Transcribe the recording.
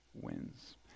wins